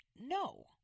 No